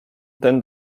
ten